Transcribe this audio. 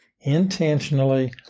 intentionally